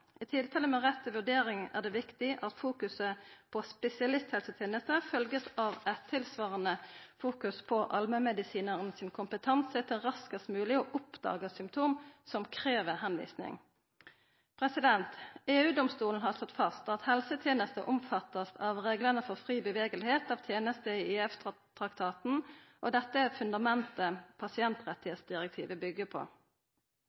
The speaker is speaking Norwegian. I tilfelle med rett til vurdering er det viktig at fokuset på spesialisthelsetenesta vert følgd av eit tilsvarande fokus på allmennmedisinaren sin kompetanse til raskast mogleg å oppdaga symptom som krev tilvising. EU-domstolen har slått fast at helsetenester vert omfatta av reglane for fri rørsle av tenester i EFTA-traktaten, og dette er fundamentet pasientrettsdirektivet byggjer på.